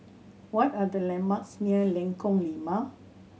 what are the landmarks near Lengkong Lima